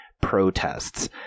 protests